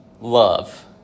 love